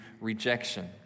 rejection